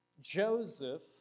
Joseph